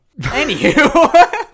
Anywho